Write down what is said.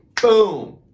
boom